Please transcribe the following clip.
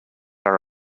are